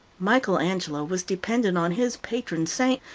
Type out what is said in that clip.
michael angelo was dependent on his patron saint,